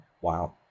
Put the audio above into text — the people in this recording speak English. Wow